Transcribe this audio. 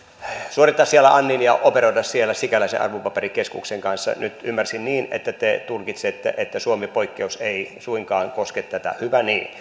suorittaa siellä annin ja operoida siellä sikäläisen arvopaperikeskuksen kanssa nyt ymmärsin niin että te tulkitsette että suomi poikkeus ei suinkaan koske tätä hyvä niin